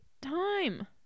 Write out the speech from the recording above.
time